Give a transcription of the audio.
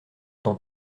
dans